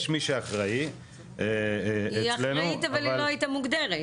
יש מי שאחראי אצלנו --- היא אחראית אבל היא לא הייתה מוגדרת.